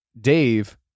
Dave